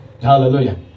Hallelujah